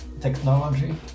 technology